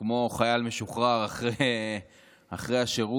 כמו חייל משוחרר אחרי השירות,